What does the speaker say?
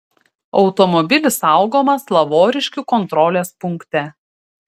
automobilis saugomas lavoriškių kontrolės punkte